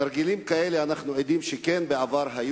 תרגילים כאלה, אנחנו עדים שכן היו בעבר.